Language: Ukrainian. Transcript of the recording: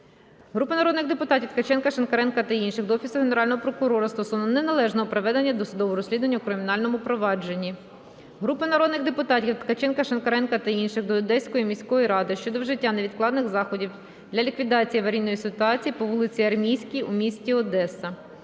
Групи народних депутатів (Ткаченка, Шинкаренка та інших) до Офісу Генерального прокурора стосовно неналежного проведення досудового розслідування у кримінальному провадженні. Групи народних депутатів (Ткаченка, Шинкаренка та інших) до Одеської міської ради щодо вжиття невідкладних заходів для ліквідації аварійної ситуації по вулиці Армійській у місті Одеса.